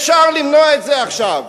אפשר למנוע את זה עכשיו.